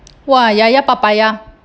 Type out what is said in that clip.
!wah! yayapapaya